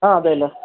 ആ അതേല്ലോ